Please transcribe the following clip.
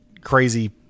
crazy